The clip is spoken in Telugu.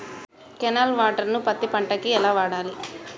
కెనాల్ వాటర్ ను పత్తి పంట కి ఎలా వాడాలి?